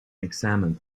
examined